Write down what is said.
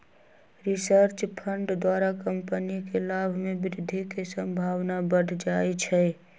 research fund द्वारा company के लाभ में वृद्धि के संभावना बढ़ जाइ छइ